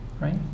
right